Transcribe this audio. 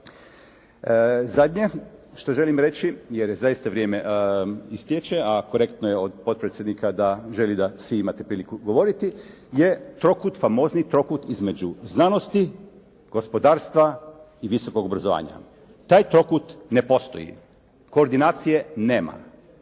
Zadnje što želim reći jer zaista vrijeme istječe a korektno je od potpredsjednika da želi da svi imate priliku govoriti je trokut, famozni trokut između znanosti, gospodarstva i visokog obrazovanja. Taj trokut ne postoji. Koordinacije nema.